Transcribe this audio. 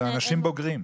זה אנשים בוגרים.